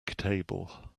table